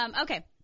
Okay